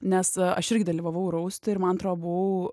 nes aš irgi dalyvavau rauste ir man atrodo buvau